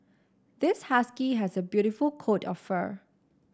this husky has a beautiful coat of fur